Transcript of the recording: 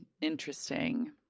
Interesting